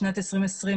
בשנת 2020,